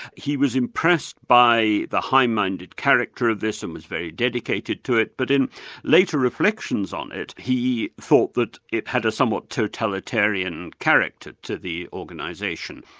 he was impressed by the high-minded character of this and was very dedicated to it, but in later reflections on he thought that it had a somewhat totalitarian character to the organisation.